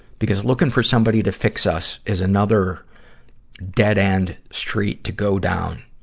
because looking for somebody to fix us is another dead end street to go down.